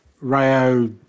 Rayo